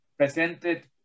presented